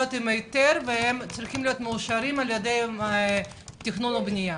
עם היתר וצריכים להיות מאושרים על ידי הוועדה לתכנון ובניה.